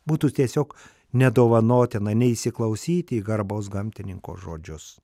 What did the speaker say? būtų tiesiog nedovanotina neįsiklausyti į garbaus gamtininko žodžius